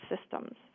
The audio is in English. systems